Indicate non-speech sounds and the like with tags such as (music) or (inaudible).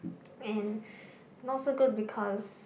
and (breath) not so good because